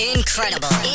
Incredible